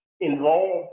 involved